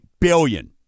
billion